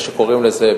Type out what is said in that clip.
איך שקוראים לזה,